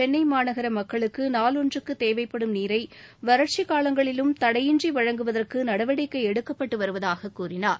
சென்னைமாநகரமக்களுக்குநாள் ஒன்றுக்குதேவைப்படும் நீரைவறட்சிக் காலங்களிலும் தடையின்றிவழங்குவதற்குநடவடிக்கைஎடுக்கப்பட்டுவருவதாககூறினார்